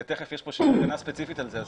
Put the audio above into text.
יש פה איזושהי תקנה ספציפית על זה תיכף,